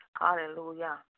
Hallelujah